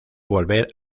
volver